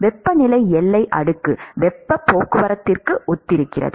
வெப்பநிலை எல்லை அடுக்கு வெப்ப போக்குவரத்துக்கு ஒத்திருக்கிறது